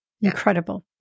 Incredible